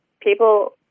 people